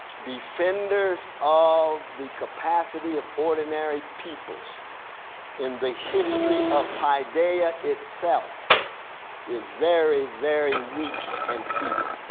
defenders of the capacity of ordinary peoples in the history of paideia itself is very, very weak and feeble.